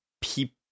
people